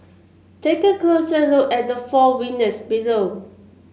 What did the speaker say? take a closer look at the four winners below